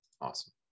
Awesome